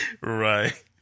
Right